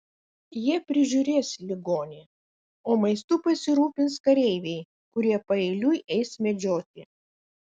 jie prižiūrės ligonį o maistu pasirūpins kareiviai kurie paeiliui eis medžioti